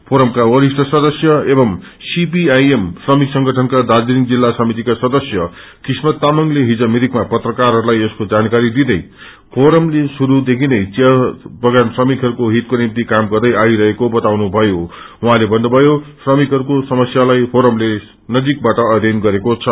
फोरमका वरिष्ठ सदस्य एवं सीपीआईएम श्रमिक संगठनका दार्जीलिङ जिल्ला समितिका सदस्य किस्मत तामंगले हिज मिरिकमा पत्राकारहरूलाई यसको जानकारी दिँदै फोरमले श्रुरू देखिनै चिया बगान श्रमिकहरूका हितको निम्टि काम गर्दै आईरहेको बताउनुभयो उहाँले भन्नुभयो श्रमिकहरूको समस्यालाई फोरमले समिपबाट अध्ययन गरेको छ